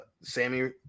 Sammy